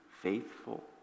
faithful